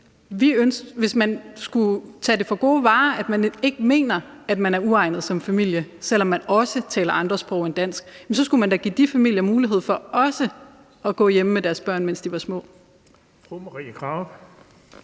hvis vi skulle tage det for gode varer, at Dansk Folkeparti ikke mener, at man er uegnet som familie, selv om man også taler andre sprog end dansk, så skulle vi da give de familier mulighed for også at gå hjemme med deres børn, mens de er små.